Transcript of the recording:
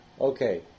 Okay